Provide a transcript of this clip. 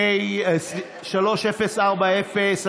פ/3040/24,